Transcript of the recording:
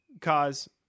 cause